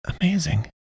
Amazing